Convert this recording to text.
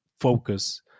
focus